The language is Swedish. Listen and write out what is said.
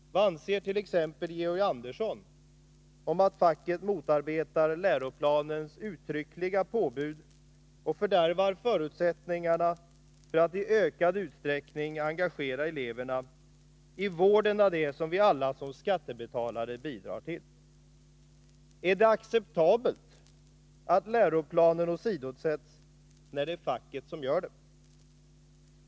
Vad anser t.ex. Georg Andersson om att facket motarbetar läroplanens uttryckliga påbud och fördärvar förutsättningarna för att i ökad utsträckning engagera eleverna i vården av det som vi alla som skattebetalare bidrar till? Är det acceptabelt att läroplanen åsidosätts, när det är facket som gör det?